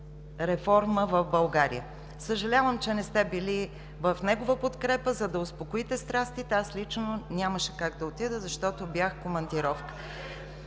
реформа в България. Съжалявам, че не сте били в негова подкрепа, за да успокоите страстите. Аз лично нямаше как да отида, защото бях в командировка.